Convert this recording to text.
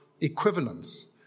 equivalence